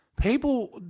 People